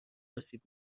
آسیب